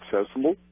accessible